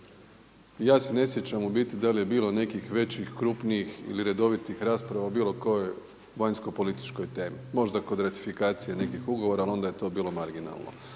Ja se ne sjećam u biti da li je bilo nekih većih, krupnijih ili redovitih rasprava o bilo kojoj vanjskopolitičkoj temi. Možda kod ratifikacije nekih ugovora, ali onda je to bilo marginalno.